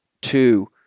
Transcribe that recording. two